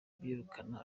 byirukana